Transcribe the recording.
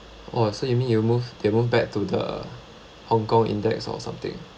oh so you mean you move they move back to the hong kong index or something